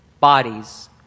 bodies